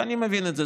ואני מבין את זה,